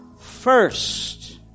first